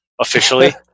officially